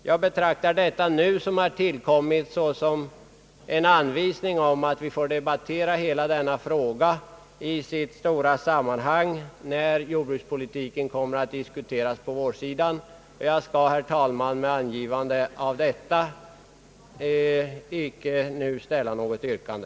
Jag betraktar detta »nu» såsom en anvisning om att vi får debattera denna fråga i dess stora sammanhang, när jordbrukspolitiken kommer upp till diskussion på vårsidan. Herr talman! Jag skall med anledning härav icke nu ställa något yrkande.